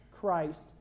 Christ